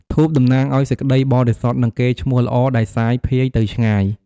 ធូប តំណាងឱ្យសេចក្ដីបរិសុទ្ធ និងកេរ្តិ៍ឈ្មោះល្អដែលសាយផ្សាយទៅឆ្ងាយ។